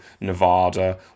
Nevada